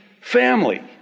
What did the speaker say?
family